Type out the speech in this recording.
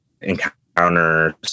encounters